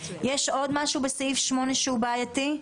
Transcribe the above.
יש עוד משהו בסעיף 8 שהוא בעייתי?